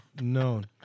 known